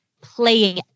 playing